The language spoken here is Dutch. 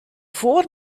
voor